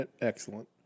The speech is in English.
Excellent